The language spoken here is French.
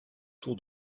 tour